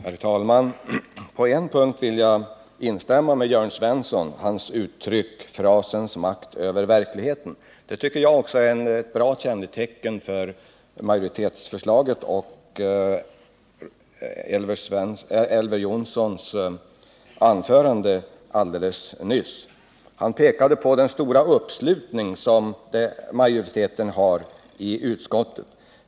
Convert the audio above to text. Herr talman! På en punkt vill jag instämma med Jörn Svensson. Hans uttryck ”frasens makt över verkligheten” tycker jag också är en bra karakteristik av majoritetsförslaget och av Elver Jonssons anförande alldeles nyss. Elver Jonsson pekade på den stora uppslutning som majoritetsförslaget har fått i utskottet.